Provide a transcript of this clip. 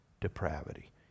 depravity